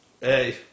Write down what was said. Hey